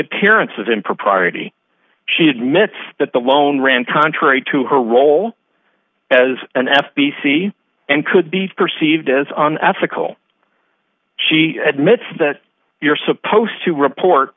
appearance of impropriety she admits that the loan ran contrary to her role as an f t c and could be perceived as an ethical she admits that you're supposed to report